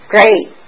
Great